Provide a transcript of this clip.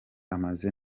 ameze